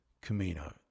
Camino